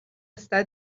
está